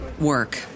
work